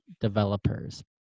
developers